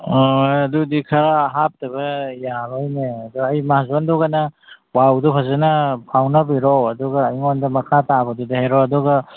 ꯑꯥ ꯑꯗꯨꯗꯤ ꯈꯔ ꯍꯥꯞꯇꯕ ꯌꯥꯔꯣꯏꯅꯦ ꯑꯗꯣ ꯑꯩ ꯃꯍꯥꯖꯣꯟꯗꯨꯒꯅꯦ ꯄꯥꯎꯗꯨ ꯐꯖꯅ ꯐꯥꯎꯅꯕꯤꯔꯣ ꯑꯗꯨꯒ ꯑꯩꯉꯣꯟꯗ ꯃꯈꯥ ꯇꯥꯕꯗꯨꯗꯤ ꯍꯥꯏꯔꯛꯑꯣ ꯑꯗꯨꯒ